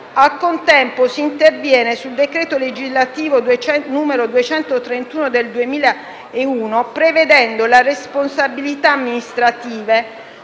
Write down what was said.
Al contempo, si interviene sul decreto legislativo n. 231 del 2001, prevedendo la responsabilità amministrativa